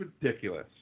ridiculous